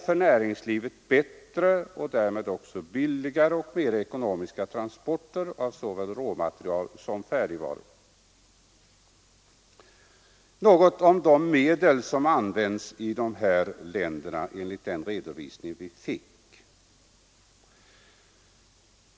För näringslivet innebär det bättre ekonomisk miljö, billigare transporter av såväl råvarumaterial som färdigvaror. Jag vill också säga något om de medel som används i dessa länder enligt den redovisning vi fick.